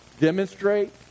demonstrate